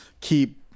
keep